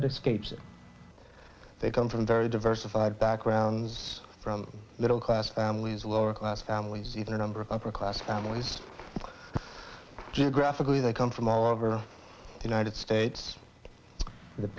that escapes they come from very diversified backgrounds little class families lower class families even a number of upper class families geographically they come from all over the united states the